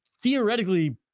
theoretically